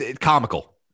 comical